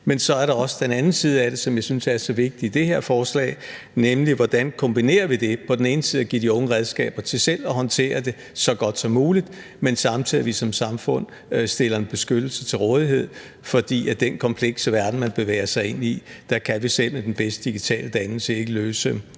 Men så er der også den anden side af det, som jeg synes er så vigtig i det her forslag, nemlig hvordan vi kombinerer det på den ene side at give de unge redskaber til selv at håndtere det så godt som muligt, men på den anden side samtidig som samfund stiller en beskyttelse til rådighed. For i den komplekse verden, man bevæger sig ind i, kan vi selv med den bedste digitale dannelse ikke løse